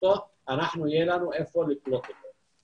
לנו יהיה היכן לקלוט אותו.